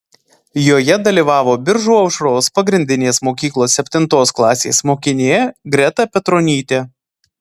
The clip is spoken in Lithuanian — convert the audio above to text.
joje dalyvavo biržų aušros pagrindinės mokyklos septintos klasės mokinė greta petronytė